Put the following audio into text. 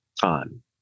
time